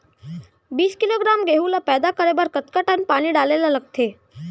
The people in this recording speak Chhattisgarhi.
बीस किलोग्राम गेहूँ ल पैदा करे बर कतका टन पानी डाले ल लगथे?